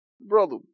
Brother